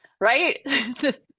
right